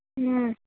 ह्म्म